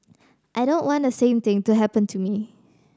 I don't want the same thing to happen to me